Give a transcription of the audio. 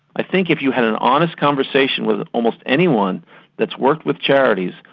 i think if you had an honest conversation with almost anyone that's worked with charities,